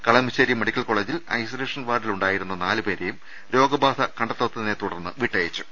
Kalamassery medical കോളജിൽ isolation വാർഡിലുണ്ടായിരുന്ന നാലുപേരെയും രോഗബാധ കണ്ടെത്താത്തിനെ തുടർന്ന് വിട്ടയച്ചു